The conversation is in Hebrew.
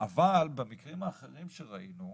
אבל במקרים אחרים שראינו,